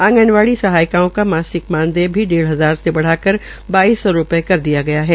आंगनवाड़ी सहायिकाओं का मासिक मानदेय डेढ हजार से बढ़ाकर बाईस सौ रूपये कर दिया गया है